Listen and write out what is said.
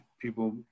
people